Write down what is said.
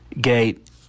gate